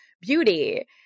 beauty